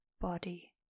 body